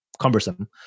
cumbersome